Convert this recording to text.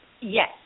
Yes